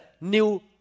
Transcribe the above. new